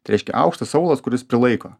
tai reiškia aukštas aulas kuris prilaiko